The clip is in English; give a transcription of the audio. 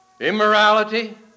immorality